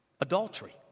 Adultery